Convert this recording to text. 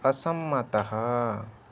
असम्मतः